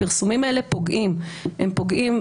הפרסומים האלה פוגעים בבריאות,